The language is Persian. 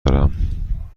دارم